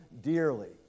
dearly